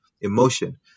emotion